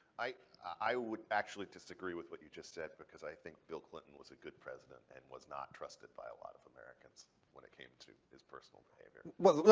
i i would actually disagree with what you just said because i think bill clinton was a good president and was not trusted by a lot of americans when it came to his personal behavior. well, look.